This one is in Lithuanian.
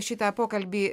šitą pokalbį